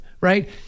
right